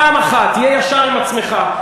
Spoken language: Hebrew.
פעם אחת תהיה ישר עם עצמך,